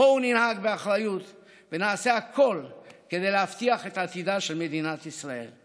בואו ננהג באחריות ונעשה הכול כדי להבטיח את עתידה של מדינת ישראל,